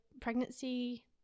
pregnancy